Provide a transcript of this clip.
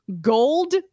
gold